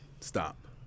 stop